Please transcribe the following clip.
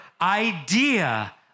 idea